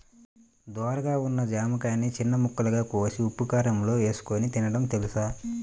ధోరగా ఉన్న జామకాయని చిన్న ముక్కలుగా కోసి ఉప్పుకారంలో ఏసుకొని తినడం తెలుసా?